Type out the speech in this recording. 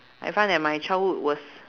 I find that my childhood was